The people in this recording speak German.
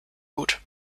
gut